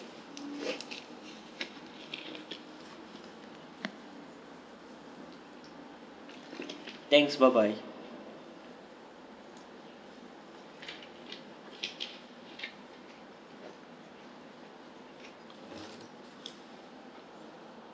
thanks bye bye